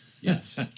Yes